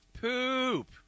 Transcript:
poop